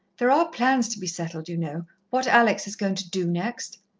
there are plans to be settled, you know what alex is going to do next.